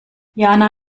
jana